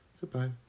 Goodbye